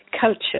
culture